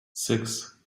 six